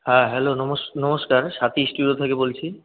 হ্যাঁ হ্যালো নমস্কার স্বাতী স্টুডিও থেকে বলছি